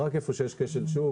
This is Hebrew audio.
רק איפה שיש כשל שוק.